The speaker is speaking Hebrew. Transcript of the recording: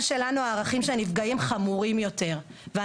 שאנחנו גם מבינים שגם מצפצף גם על האיגוד ולא נותן גם לנטר,